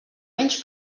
menys